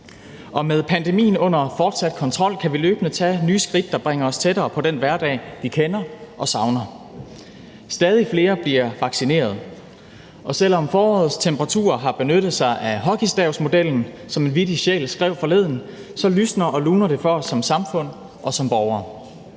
og med pandemien under fortsat kontrol kan vi løbende tage nye skridt, der bringer os tættere på den hverdag, vi kender og savner. Stadig flere bliver vaccineret, og selv om forårets temperaturer har benyttet sig af hockeystavsmodellen, som en vittig sjæl skrev forleden, så lysner og luner det for os som samfund og som borgere.